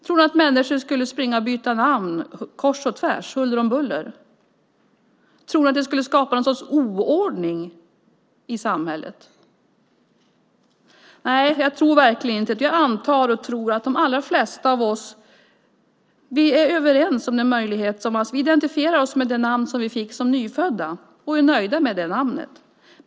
Tror ni att människor skulle springa och byta namn kors och tvärs, huller om buller? Tror ni att det skulle skapas någon sorts oordning i samhället? Nej, det tror jag verkligen inte. Jag antar att de flesta är överens om det. Vi identifierar oss med det namn vi fick som nyfödda och är nöjda med det namnet.